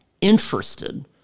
interested